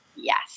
Yes